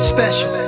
Special